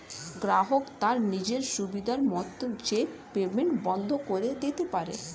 গ্রাহক তার নিজের সুবিধা মত চেক পেইমেন্ট বন্ধ করে দিতে পারে